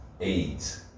AIDS